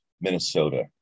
Minnesota